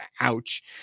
Ouch